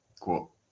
Cool